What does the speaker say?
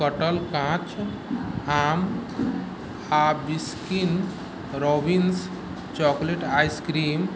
कटल काँच आम आ बिस्किन रोब्बिन्स चॉकलेट आइसक्रीम